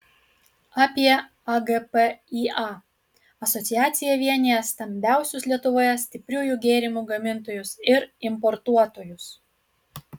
apie agpįa asociacija vienija stambiausius lietuvoje stipriųjų gėrimų gamintojus ir importuotojus